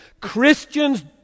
Christians